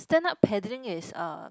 stand up paddling is uh